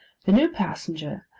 the new passenger,